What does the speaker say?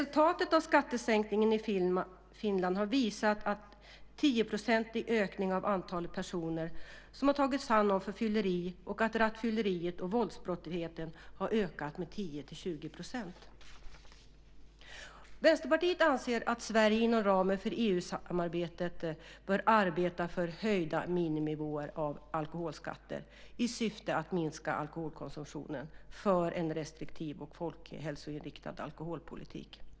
Skattesänkningen i Finland har resulterat i en 10-procentig ökning av antalet personer som tagits om hand för fylleri och att rattfylleriet och våldsbrottsligheten har ökat med 10-20 %. Vänsterpartiet anser att Sverige inom ramen för EU-samarbetet bör arbeta för höjda miniminivåer på alkoholskatter i syfte att minska alkoholkonsumtionen för en restriktiv och folkhälsoinriktad alkoholpolitik.